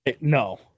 No